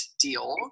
Deal